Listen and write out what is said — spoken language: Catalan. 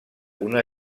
una